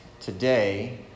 today